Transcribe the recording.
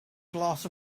glass